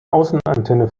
außenantenne